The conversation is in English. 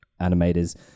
animators